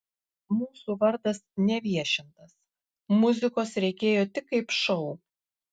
mūsų vardas neviešintas muzikos reikėjo tik kaip šou